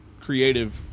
Creative